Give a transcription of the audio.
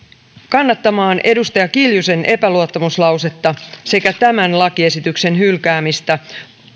kannattamaan edustaja kiljusen epäluottamuslausetta sekä tämän lakiesityksen hylkäämistä